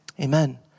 Amen